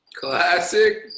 Classic